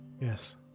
yes